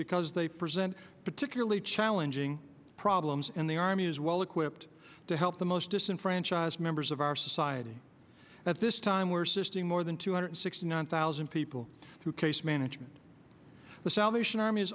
because they present particularly challenging problems in the army is well equipped to help the most disenfranchised members of our society at this time where system more than two hundred sixty nine thousand people who case management the salvation army is